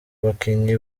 bakinnyi